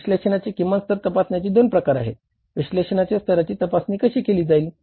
विश्लेषणाचे किमान स्तर तपासण्याचे दोन प्रकार आहे विश्लेषणाच्या स्तराची तपासणी कशी केली जाईल